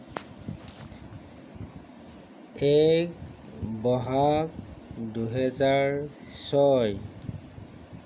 এক ব'হাগ দুহেজাৰ ছয়